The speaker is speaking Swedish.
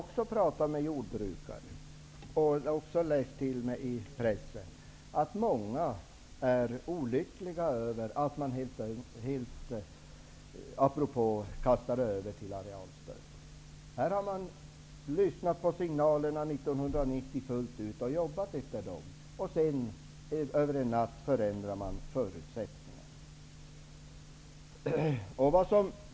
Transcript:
Också jag har talat med jordbrukare och läst vad som står i pressen. Många är olyckliga över att man helt plötsligt gick över till arealstöd. Här hade man lyssnat till signalerna från 1990 och fullt ut arbetat efter dem, och sedan förändras förutsättningarna över en natt.